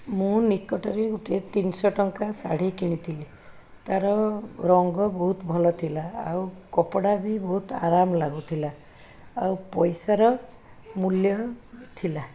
ମୁଁ ନିକଟରେ ଗୋଟେ ତିନିଶହ ଟଙ୍କା ଶାଢ଼ି କିଣିଥିଲି ତାର ରଙ୍ଗ ବହୁତ ଭଲ ଥିଲା ଆଉ କପଡ଼ା ବି ବହୁତ ଆରାମ ଲାଗୁଥିଲା ଆଉ ପଇସାର ମୂଲ୍ୟ ଥିଲା